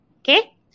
Okay